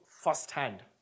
firsthand